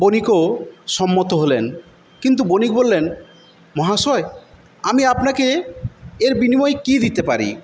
বণিকও সম্মত হলেন কিন্তু বণিক বললেন মহাশয় আমি আপনাকে এর বিনিময়ে কী দিতে পারি